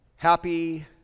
Happy